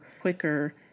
quicker